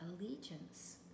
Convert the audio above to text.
allegiance